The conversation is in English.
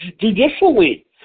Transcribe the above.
judicially